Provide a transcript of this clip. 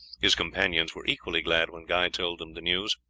his companions were equally glad when guy told them the news.